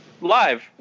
live